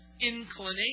inclination